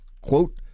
quote